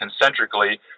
concentrically